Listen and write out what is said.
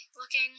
looking-